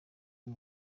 nta